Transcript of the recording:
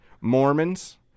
Mormons